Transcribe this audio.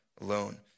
alone